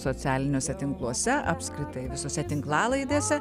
socialiniuose tinkluose apskritai visose tinklalaidėse